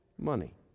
money